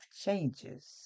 changes